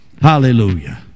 Hallelujah